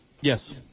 Yes